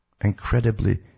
Incredibly